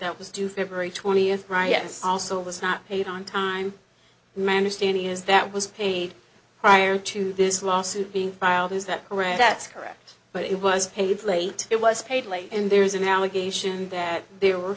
that was due february twentieth riotous also was not paid on time manner standing is that was paid prior to this lawsuit being filed is that correct that's correct but it was paid late it was paid late and there's an allegation that there were